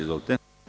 Izvolite.